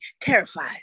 terrified